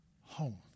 home